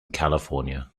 california